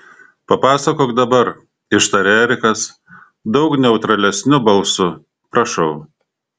papasakok dabar ištarė erikas daug neutralesniu balsu prašau